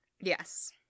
Yes